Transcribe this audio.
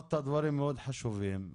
אמרתי דברים מאוד חשובים,